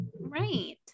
right